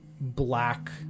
black